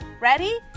Ready